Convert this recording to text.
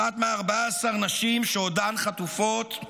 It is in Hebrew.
אחת מ-14 נשים שעודן חטופות,